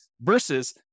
versus